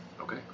okay